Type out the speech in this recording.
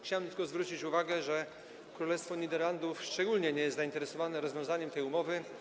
Chciałbym tylko zwrócić uwagę, że Królestwo Niderlandów szczególnie nie jest zainteresowane rozwiązaniem tej umowy.